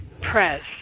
Press